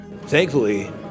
Thankfully